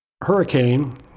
hurricane